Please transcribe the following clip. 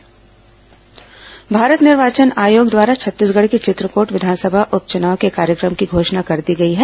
चित्रकोट उप चुनाव भारत निर्वाचन आयोग द्वारा छत्तीसगढ़ के चित्रकोट विधानसभा उप चुनाव के कार्यक्रम की घोषणा कर दी गई है